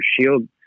shield